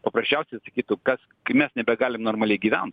paprasčiausiai sakytų kas kai mes nebegalim normaliai gyvent